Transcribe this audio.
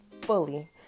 fully